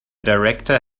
director